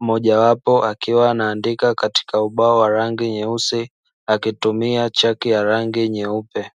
mmojawapo akiwa anaandika katika ubao wa rangi nyeusi akitumia chaki ya rangi nyeupe.